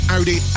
Audi